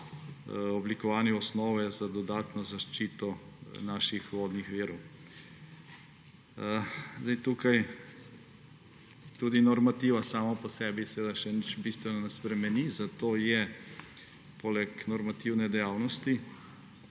oblikovanju osnove za dodatno zaščito naših vodnih virov. Tukaj tudi normativa sama po sebi še nič bistveno ne spremeni, zato je poleg normative dejavnosti